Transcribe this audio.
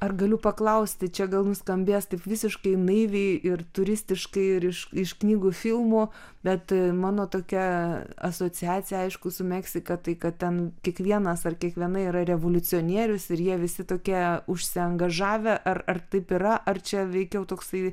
ar galiu paklausti čia gal nuskambės taip visiškai naiviai ir turistiškai ir iš iš knygų filmų bet mano tokia asociacija aišku su meksika tai kad ten kiekvienas ar kiekviena yra revoliucionierius ir jie visi tokie užsiangažavę ar ar taip yra ar čia veikiau toksai